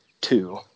two